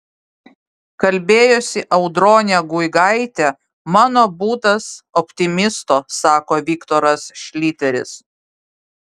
kalbėjosi audronė guigaitė mano būdas optimisto sako viktoras šliteris